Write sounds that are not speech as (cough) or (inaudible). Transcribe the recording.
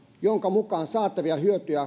jonka mukaan saatavia hyötyjä (unintelligible)